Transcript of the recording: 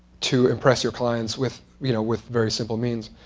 to impress your clients with you know with very simple means.